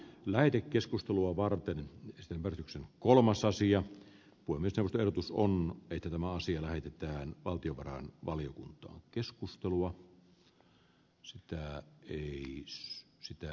lähetekeskustelua varten sävellyksen kolmas asia on miten verotus on että niistä tarvitsee maksaa tuloveroa lainkaan